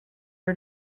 are